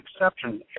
exception